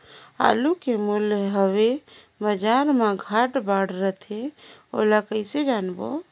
आलू के मूल्य हवे बजार मा घाट बढ़ा रथे ओला कइसे जानबो?